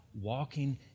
walking